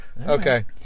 Okay